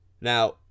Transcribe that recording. Now